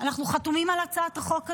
אנחנו חתומים על הצעת החוק הזו,